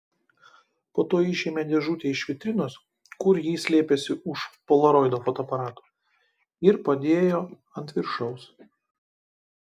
po to išėmė dėžutę iš vitrinos kur ji slėpėsi už polaroido fotoaparato ir padėjo ant viršaus